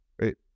right